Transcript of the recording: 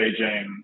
beijing